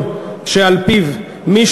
זכות לדיור במעונות במוסדות אקדמיים